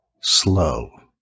slow